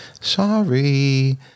Sorry